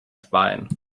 spine